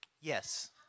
Yes